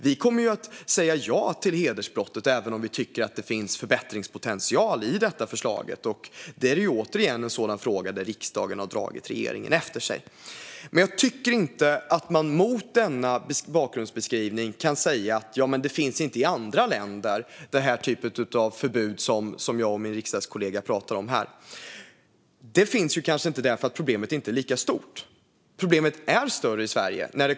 Vi kommer att säga ja till detta med hedersbrott även om vi tycker att det finns förbättringspotential i förslaget. Det är återigen en sådan fråga där riksdagen har dragit regeringen efter sig. Jag tycker inte att man mot denna bakgrundsbeskrivning kan säga att den typ av förbud som jag och min riksdagskollega pratar om inte finns i andra länder. Det finns ju kanske inte i andra länder eftersom problemen inte är lika stora där.